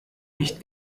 nicht